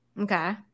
Okay